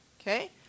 Okay